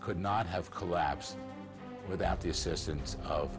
could not have collapsed without the assistance of